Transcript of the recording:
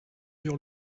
dure